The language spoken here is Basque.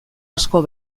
asko